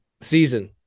season